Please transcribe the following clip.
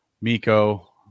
Miko